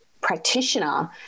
practitioner